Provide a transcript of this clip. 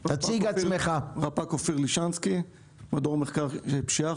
אני ממדור מחקר ופשיעה,